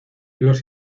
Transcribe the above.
los